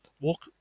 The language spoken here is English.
walk